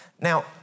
Now